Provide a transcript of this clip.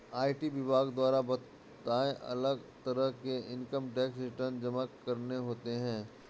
IT विभाग द्वारा बताए, अलग तरह के इन्कम टैक्स रिटर्न जमा करने होते है